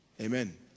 Amen